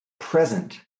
present